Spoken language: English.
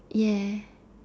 yes